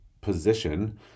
position